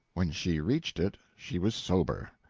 when she reached it she was sober.